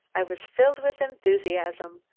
i was filled with enthusiasm.